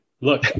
look